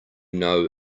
know